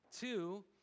Two